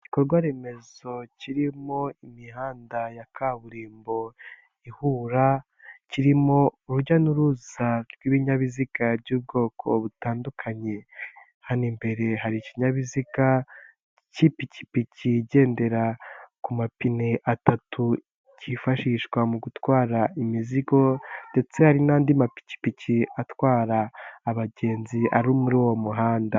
Igikorwaremezo kirimo imihanda ya kaburimbo ihura, kirimo urujya n'uruza rw'ibinyabiziga by'ubwoko butandukanye, hano imbere hari ikinyabiziga cy'ipikipiki igendera ku mapine atatu cyifashishwa mu gutwara imizigo ndetse hari n'andi mapikipiki atwara abagenzi ari muri uwo muhanda.